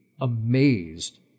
amazed